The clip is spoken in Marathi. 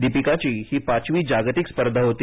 दीपिकाची ही पाचवी जागतिक स्पर्धा होती